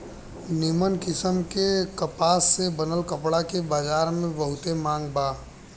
निमन किस्म के कपास से बनल कपड़ा के बजार में बहुते मांग बा